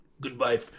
Goodbye